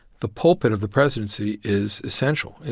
the pulpit of the presidency is essential.